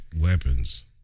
weapons